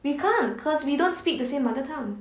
we can't because we don't speak the same mother tongue